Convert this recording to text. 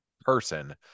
person